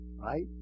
right